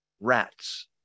Rats